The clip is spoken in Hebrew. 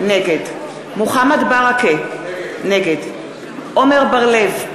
נגד מוחמד ברכה, נגד עמר בר לב,